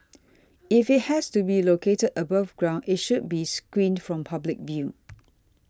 if it has to be located above ground it should be screened from public view